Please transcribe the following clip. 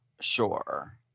sure